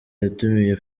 yatumiye